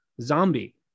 Zombie